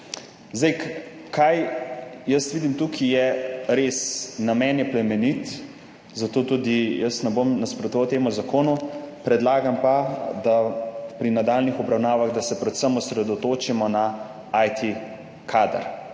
Zdaj, kaj jaz vidim tukaj, je res, namen je plemeniti, zato tudi jaz ne bom nasprotoval temu zakonu, predlagam pa, da, pri nadaljnjih obravnavah, da se predvsem osredotočimo na IT kader.